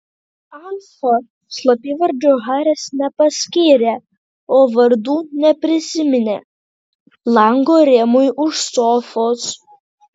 alfa slapyvardžių haris nepaskyrė o vardų neprisiminė lango rėmui už sofos